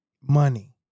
Money